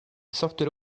software